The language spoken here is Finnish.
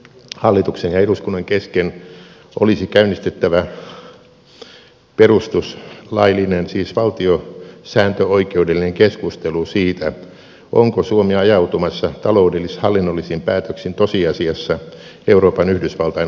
hallituksen ja eduskunnan kesken olisi käynnistettävä perustuslaillinen siis valtiosääntöoikeudellinen keskustelu siitä onko suomi ajautumassa taloudellis hallinnollisin päätöksin tosiasiassa euroopan yhdysvaltain osavaltioksi